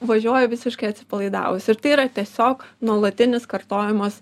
važiuoju visiškai atsipalaidavus ir tai yra tiesiog nuolatinis kartojimas